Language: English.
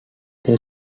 they